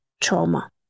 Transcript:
trauma